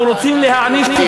אנחנו רוצים להעניש אותך,